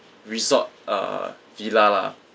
resort uh villa lah